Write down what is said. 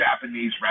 Japanese